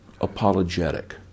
apologetic